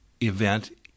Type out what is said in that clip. event